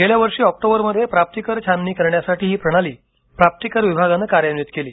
गेल्या वर्षी ऑक्टोबरमध्ये प्राप्तीकर छाननी करण्यासाठी ही प्रणाली प्राप्तीकर विभागानं कार्यान्वित केली